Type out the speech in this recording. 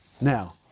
Now